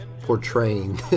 Portraying